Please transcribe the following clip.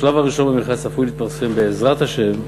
השלב הראשון במכרז צפוי להתפרסם, בעזרת השם,